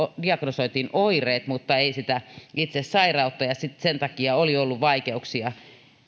diagnosoitiin oireet mutta ei sitä itse sairautta ja sen takia oli ollut vaikeuksia